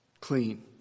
Clean